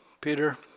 Peter